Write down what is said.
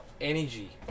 energy